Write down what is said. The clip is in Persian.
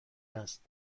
است